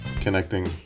connecting